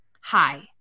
Hi